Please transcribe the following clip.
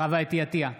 חוה אתי עטייה,